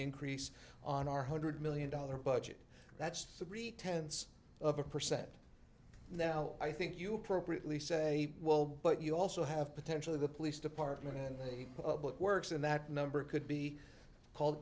increase on our hundred million dollar budget that's three tenths of a percent now i think you appropriately say well but you also have potentially the police department and a public works and that number could be called